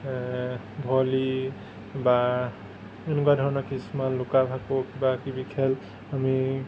volley বা এনেকুৱা ধৰণৰ কিছুমান লুকাভাকু কিবা কিবি খেল আমি